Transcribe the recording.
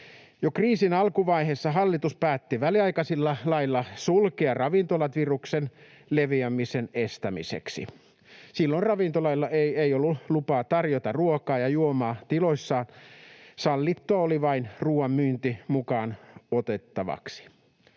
Jo kriisin alkuvaiheessa hallitus päätti väliaikaisilla laeilla sulkea ravintolat viruksen leviämisen estämiseksi. Silloin ravintoloilla ei ollut lupaa tarjota ruokaa ja juomaa tiloissaan. Sallittua oli vain ruuan myynti mukaan otettavaksi.